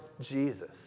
Jesus